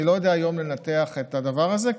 אני לא יודע היום לנתח את הדבר הזה,